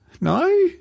No